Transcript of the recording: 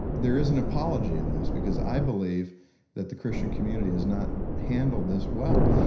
there is an apology in this because i believe that the christian community has not handled this well.